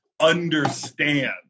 understand